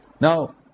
Now